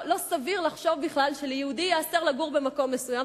לא סביר לחשוב בכלל שעל יהודי ייאסר לגור במקום מסוים,